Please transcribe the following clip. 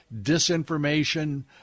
disinformation